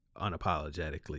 unapologetically